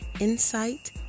insight